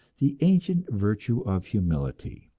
the ancient virtue of humility.